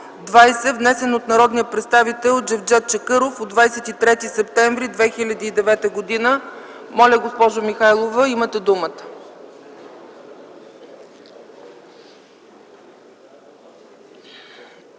внесен от народния представител Джевдет Чакъров на 23 септември 2009 г. Моля, госпожо Михайлова, имате думата.